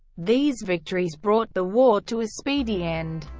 these victories brought the war to a speedy end.